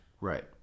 Right